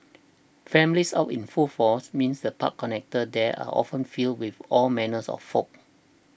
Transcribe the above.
families out in full force means the park connectors there are often filled with all manners of folk